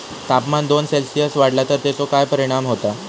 तापमान दोन सेल्सिअस वाढला तर तेचो काय परिणाम होता?